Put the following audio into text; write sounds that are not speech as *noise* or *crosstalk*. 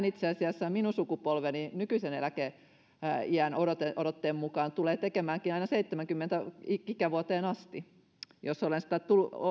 *unintelligible* itse asiassa minun sukupolveni nykyisen eläkeiänodotteen mukaan tulee tekemäänkin työtä aina seitsemäänkymmeneen ikävuoteen asti jos olen sitä